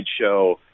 show